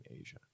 Asia